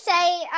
say